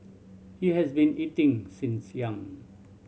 he has been eating since young